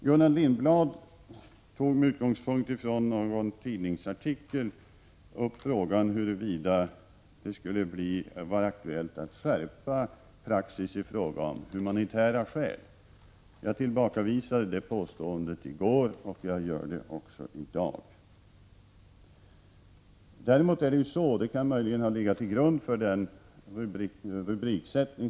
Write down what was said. Gullan Lindblad tog med utgångspunkt i en tidningsartikel upp frågan om huruvida det skulle bli aktuellt att skärpa praxis när det gäller flyktingar som får stanna av humanitära skäl. Jag tillbakavisade det påståendet i går. Jag gör det också i dag.